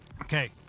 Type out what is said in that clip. Okay